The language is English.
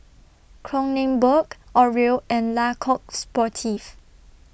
Kronenbourg Oreo and Le Coq Sportif